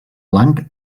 blanc